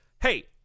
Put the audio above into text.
Hey